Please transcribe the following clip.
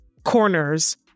Corners